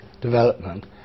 development